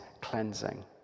cleansing